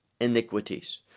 iniquities